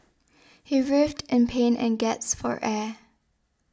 he writhed in pain and gasped for air